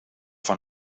van